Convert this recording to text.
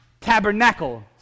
tabernacle